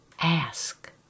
Ask